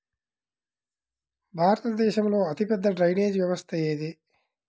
భారతదేశంలో అతిపెద్ద డ్రైనేజీ వ్యవస్థ ఏది?